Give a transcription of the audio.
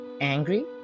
angry